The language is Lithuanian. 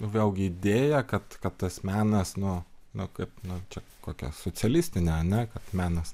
vėlgi idėja kad kad tas menas nu nu kaip nu čia kokia socialistinė ar ne kad menas